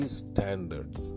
standards